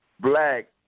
black